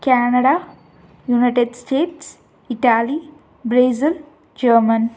Canada United States Italy Brazil Germany